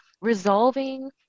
resolving